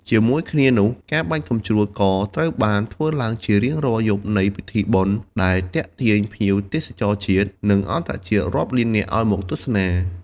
ជាមួយគ្នានោះ ការបាញ់កាំជ្រួចក៏ត្រូវបានធ្វើឡើងជារៀងរាល់យប់នៃពិធីបុណ្យ ដែលទាក់ទាញភ្ញៀវទេសចរជាតិ និងអន្តរជាតិរាប់លាននាក់ឲ្យមកទស្សនា។